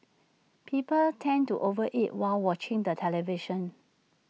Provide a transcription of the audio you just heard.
people tend to over eat while watching the television